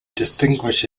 distinguish